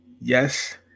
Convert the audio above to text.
yes